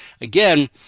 Again